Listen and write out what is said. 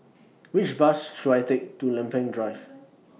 Which Bus should I Take to Lempeng Drive